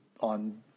on